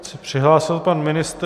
Teď se přihlásil pan ministr.